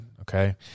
Okay